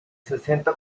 sesenta